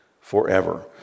forever